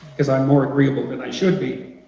because i'm more agreeable than i should be.